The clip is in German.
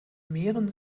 mehren